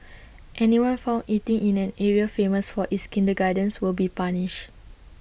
anyone found eating in an area famous for its kindergartens will be punished